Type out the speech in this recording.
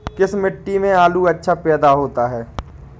किस मिट्टी में आलू अच्छा पैदा होता है?